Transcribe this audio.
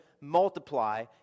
multiply